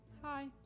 Hi